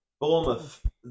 Bournemouth